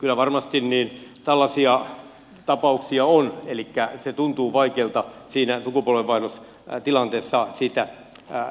kyllä varmasti tällaisia tapauksia on elikkä se tuntuu vaikealta siinä sukupolvenvaihdostilanteessa siitä selviytyä